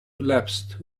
collapsed